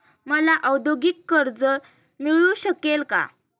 मला औद्योगिक कर्ज मिळू शकेल का?